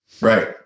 Right